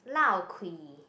lao kui